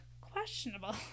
questionable